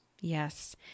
Yes